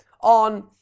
on